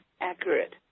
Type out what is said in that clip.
accurate